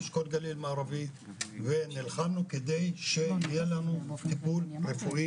אשכול גליל מערבי ונלחמנו כדי שיהיה לנו טיפול רפואי